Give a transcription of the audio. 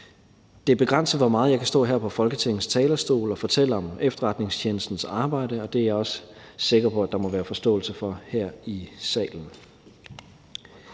Det er begrænset, hvor meget jeg kan stå her på Folketingets talerstol og fortælle om efterretningstjenestens arbejde, og det er jeg også sikker på der må være forståelse for her i salen.